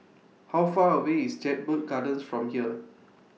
How Far away IS Jedburgh Gardens from here